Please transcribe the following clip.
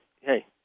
hey